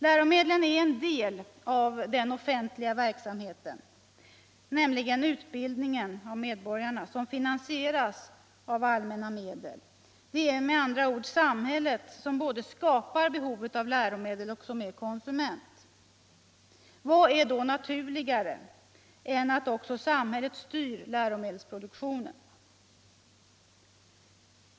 Läromedlen är en del av den offentliga verksamheten, nämligen utbildningen av medborgarna, som finansieras av allmänna medet. Det är med andra ord samhället som både skapar behovet av läromedel och som är konsument. Vad är då naturligare än att samhället också styr läromedelsproduktionen?